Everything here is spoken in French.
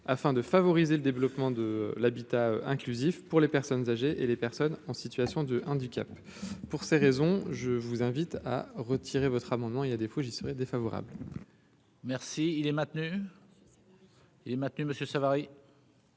afin de favoriser le développement de l'habitat inclusif pour les personnes âgées et les personnes en situation de handicap pour ces raisons, je vous invite à retirer votre amendement, il y a des fois, j'y serai défavorable. Merci, il est maintenu et est maintenu Monsieur